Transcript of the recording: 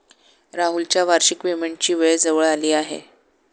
राहुलच्या वार्षिक पेमेंटची वेळ जवळ आली आहे